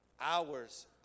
hours